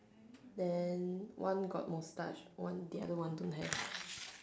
then one got mustache one the other one don't have